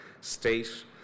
state